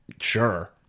sure